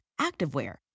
activewear